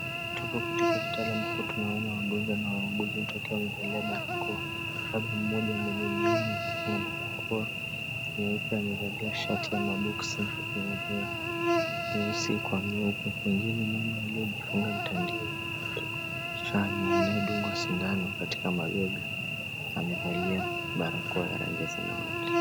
Tupo katika hospitali ambapo tunawaona wagonjwa na wauguzi wakiwa wamevalia barakoa ambapo mmoja mwenye miwani na barakoa nyeupe amevalia shati ya maboksi na nyeusi kwa nyeupe mwingine mama aliyejifunga mtandio kichwani anaedungwa sindano katika mabega amevalia barakoa ya rangi ya samawati.